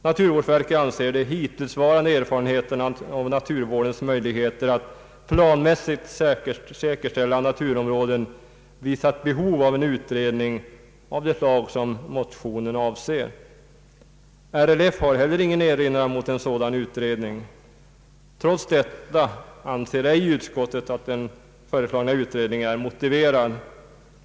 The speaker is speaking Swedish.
<Naturvårdsverket anser att de hittillsvarande erfarenheterna av naturvårdens möjligheter att planmässigt säkerställa naturområden visar behovet av en utredning av det slag motionen avser. RLF har heller ingen erinran mot en sådan utredning. Trots detta anser ej utskottet att den föreslagna utredningen är motiverad.